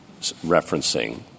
referencing